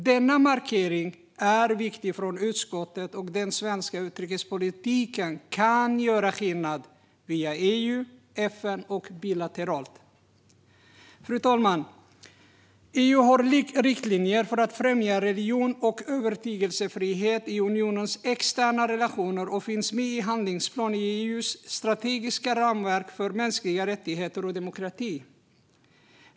Denna markering från utskottet är viktig, och den svenska utrikespolitiken kan göra skillnad via EU och FN och bilateralt. Fru talman! EU har riktlinjer för att främja religions och övertygelsefrihet i unionens externa relationer, och detta finns med i handlingsplanen i EU:s strategiska ramverk för mänskliga rättigheter och demokrati.